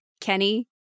Kenny